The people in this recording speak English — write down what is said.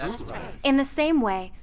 ah that's right. in the same way,